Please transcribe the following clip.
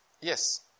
Yes